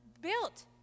built